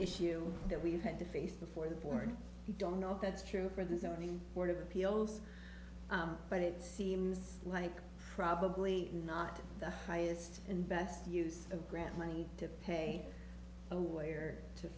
issue that we've had to face before the board we don't know if that's true for the zoning board of appeals but it seems like probably not the highest and best use of grant money to pay a lawyer to